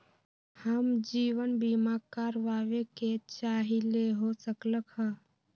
हम जीवन बीमा कारवाबे के चाहईले, हो सकलक ह?